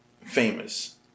famous